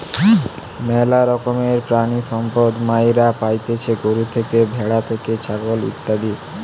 ম্যালা রকমের প্রাণিসম্পদ মাইরা পাইতেছি গরু থেকে, ভ্যাড়া থেকে, ছাগল ইত্যাদি